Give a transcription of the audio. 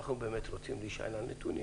אנחנו רוצים להישען על נתונים.